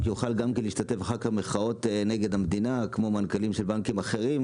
יוכל להשתתף ולהיות "נגד" המדינה כמו מנכ"לים של בנקים אחרים.